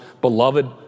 beloved